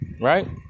right